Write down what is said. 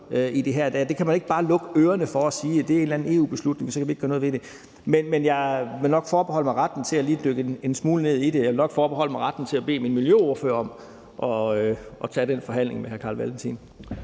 alvorligt, og det kan man ikke bare lukke ørerne for og sige, at det er en eller anden EU-beslutning, og så kan vi ikke gøre noget ved det. Men jeg vil nok forbeholde mig retten til lige at dykke en smule ned i det, og jeg vil nok forbeholde mig retten til at bede min miljøordfører om at tage den forhandling med hr. Carl Valentin.